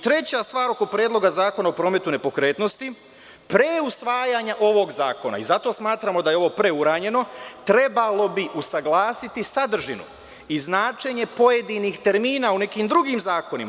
Treća stvar, oko Predloga zakona o prometu nepokretnosti, pre usvajanja ovog zakona, i zato smatramo da je ovo preuranjeno, trebalo bi usaglasiti sadržinu i značenje pojedinih termina u nekim drugim zakonima.